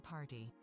Party